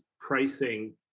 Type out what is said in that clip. pricing